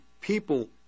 people